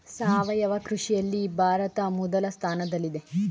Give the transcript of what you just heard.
ಸಾವಯವ ಕೃಷಿಯಲ್ಲಿ ಭಾರತ ಮೊದಲ ಸ್ಥಾನದಲ್ಲಿದೆ